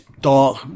dark